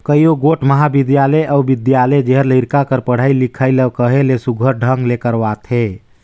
कइयो गोट महाबिद्यालय अउ बिद्यालय जेहर लरिका कर पढ़ई लिखई ल कहे ले सुग्घर ढंग ले करवाथे